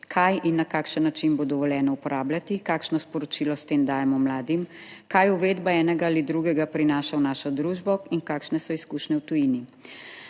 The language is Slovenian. kaj in na kakšen način bo dovoljeno uporabljati, kakšno sporočilo s tem dajemo mladim, kaj uvedba enega ali drugega prinaša v našo družbo in kakšne so izkušnje v tujini?